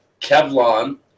Kevlon